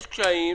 יש קשיים,